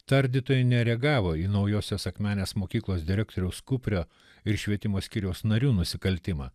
tardytojai nereagavo į naujosios akmenės mokyklos direktoriaus kuprio ir švietimo skyriaus narių nusikaltimą